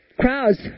crowds